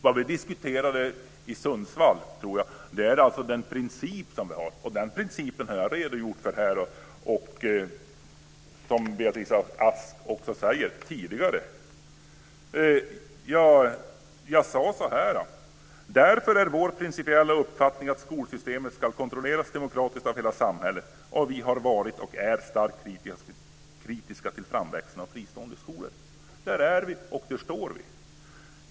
Vad vi diskuterade i Sundsvall, tror jag, är den princip vi har. Den principen har jag redogjort för här tidigare, som Beatrice Ask också säger. Jag sade: Därför är vår principiella uppfattning att skolsystemet ska kontrolleras demokratiskt av hela samhället. Vi har varit och är starkt kritiska till framväxten av fristående skolor. Där är vi, och där står vi.